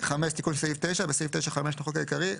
תיקון סעיף 9 5. בסעיף 9(5) לחוק העיקרי,